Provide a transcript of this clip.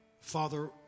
Father